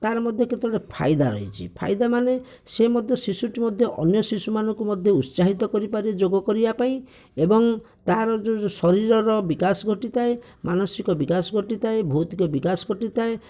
ତାର ମଧ୍ୟ କେତେଗୁଡ଼େ ଫାଇଦା ରହିଛି ଫାଇଦା ମାନେ ସେ ମଧ୍ୟ ଶିଶୁଟି ମଧ୍ୟ ଅନ୍ୟ ଶିଶୁମାନଙ୍କୁ ମଧ୍ୟ ଉତ୍ସାହିତ କରିପାରେ ଯୋଗ କରିବା ପାଇଁ ଏବଂ ତାହାର ଯେଉଁ ଶରୀରର ବିକାଶ ଘଟିଥାଏ ମାନସିକ ବିକାଶ ଘଟିଥାଏ ଭୌତିକ ବିକାଶ ଘଟିଥାଏ